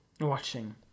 Watching